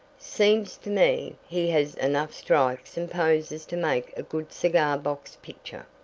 seems to me he has enough strikes and poses to make a good cigar box picture.